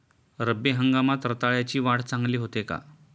रब्बी हंगामात रताळ्याची वाढ चांगली होते का?